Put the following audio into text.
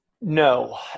No